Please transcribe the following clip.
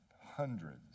hundreds